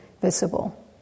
visible